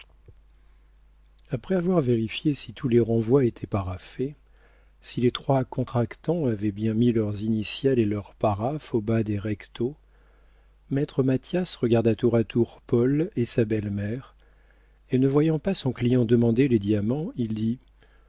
après avoir vérifié si tous les renvois étaient paraphés si les trois contractants avaient bien mis leurs initiales et leurs paraphes au bas des rectos maître mathias regarda tour à tour paul et sa belle-mère et ne voyant pas son client demander les diamants il dit